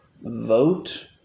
vote